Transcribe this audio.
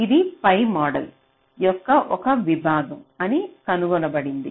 ఇది పై మోడల్ యొక్క ఒక విభాగం అని కనుగొనబడింది